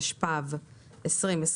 התשפ"ב-2021,